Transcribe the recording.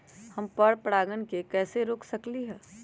हम पर परागण के कैसे रोक सकली ह?